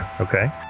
Okay